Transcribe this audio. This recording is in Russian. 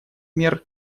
мер